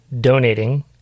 donating –